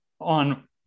on